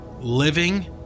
Living